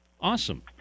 Awesome